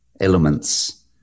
elements